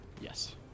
Yes